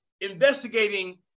investigating